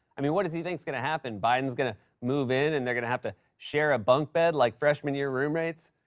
i mean, what does he think is going to happen? biden's going to move in, and they're going to have to share a bunk bed like freshman year roommates?